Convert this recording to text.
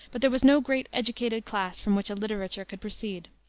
but there was no great educated class from which a literature could proceed.